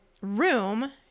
room